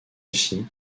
aussi